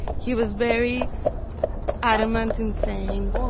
he was very adamant in saying,